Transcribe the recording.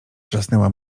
wrzasnęła